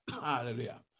Hallelujah